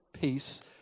peace